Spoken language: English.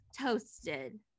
toasted